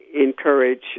encourage